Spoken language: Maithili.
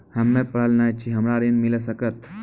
हम्मे पढ़ल न छी हमरा ऋण मिल सकत?